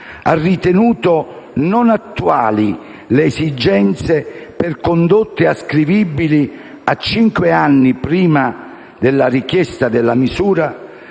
ha ritenuto non attuali le esigenze per condotte ascrivibili a cinque anni prima della richiesta della misura,